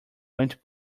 went